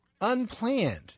Unplanned